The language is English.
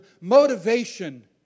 motivation